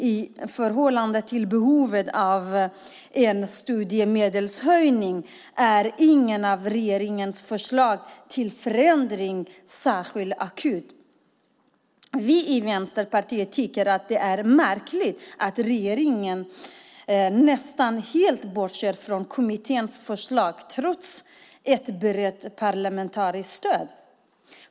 I förhållande till behovet av en studiemedelshöjning är ingen av regeringens förslag till förändringar särskilt akut. Vi i Vänsterpartiet tycker att det är märkligt att regeringen nästan helt bortser från kommitténs förslag, trots ett brett parlamentariskt stöd.